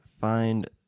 find